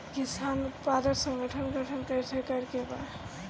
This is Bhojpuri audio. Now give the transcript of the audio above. किसान उत्पादक संगठन गठन कैसे करके बा?